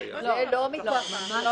ממש לא.